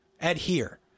adhere